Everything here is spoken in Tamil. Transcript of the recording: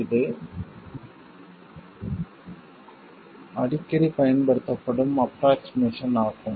இது அடிக்கடி பயன்படுத்தப்படும் ஆஃப்ரோக்ஷிமேசன் ஆகும்